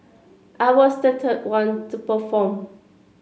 I was third one to perform